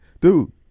dude